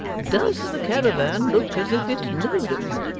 does the caravan look as if it know'd em?